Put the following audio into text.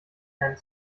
keinen